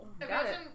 imagine